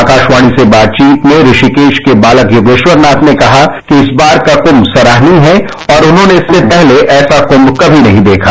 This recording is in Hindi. आकाशवाणी से बातचीत में ऋषिकेश के बालक योगेश्वरनाथ ने कहा कि इस बार का कुंभ सराहनीय है और उन्होंने इससे पहले ऐसा कुंभ कभी नहीं देखा